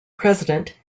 president